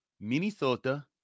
minnesota